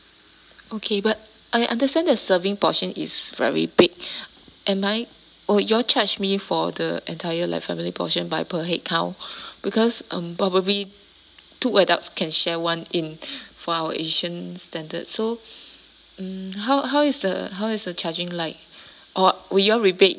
okay but I understand their serving portion is very big am I will you all charge me for the entire like family portion by per head count because um probably two adults can share one in for our asian standards so mm how how is the how is the charging like or will you all rebate